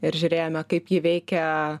ir žiūrėjome kaip ji veikia